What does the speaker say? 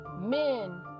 men